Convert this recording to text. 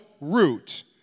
root